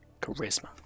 Charisma